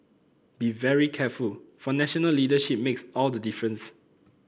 be very careful for national leadership makes all the difference